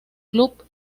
club